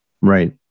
Right